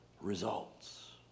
results